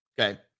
Okay